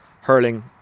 hurling